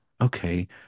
okay